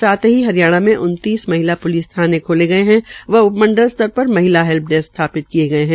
साथ ही हरियाणा के उन्तीस महिला प्लिस थाने खोले गये है व उप मंडल स्तर पर महिला हैल्प डेस्क स्थापित किये गये है